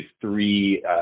three